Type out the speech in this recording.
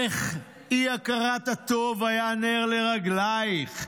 איך אי-הכרת הטוב היה נר לרגלייך.